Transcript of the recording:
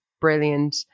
brilliant